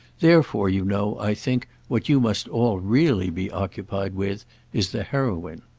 therefore, you know, i think, what you must all really be occupied with is the heroine.